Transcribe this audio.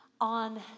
on